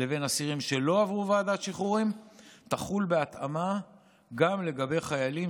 לבין אסירים שלא עברו ועדת שחרורים תחול בהתאמה גם לגבי חיילים